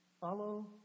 follow